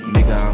Nigga